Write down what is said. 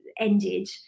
ended